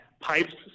pipes